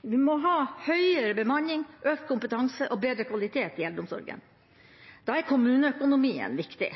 Vi må ha høyere bemanning, økt kompetanse og bedre kvalitet i eldreomsorgen. Da er kommuneøkonomien viktig.